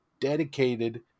dedicated